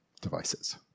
devices